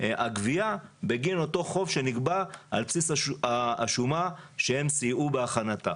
הגבייה בגין אותו חושב שנקבע על בסיס השומה שהם סייעו בהכנתה.